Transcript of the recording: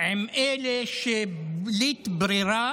עם אלה שבלית ברירה